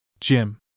Jim